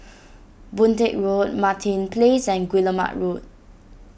Boon Teck Road Martin Place and Guillemard Road